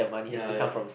ya